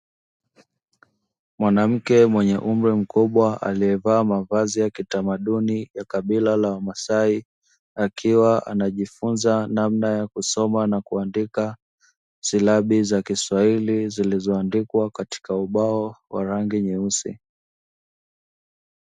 Mwanamke mwenye umri mkubwa, aliyevaa mavazi ya kitamaduni ya kabila la wamasai, akiwa anajifunza namna ya kusoma na kuandika silabi za kiswahili, zilizoandikwa katika ubao wa rangi nyeusi.